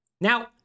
Now